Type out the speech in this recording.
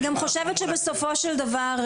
אני גם חושבת שבסופו של דבר,